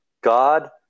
God